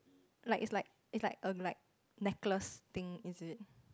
like its like its like like a like a necklace thing is it